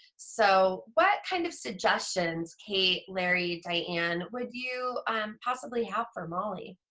so what kind of suggestions kate, larry, diane would you possibly have for molly?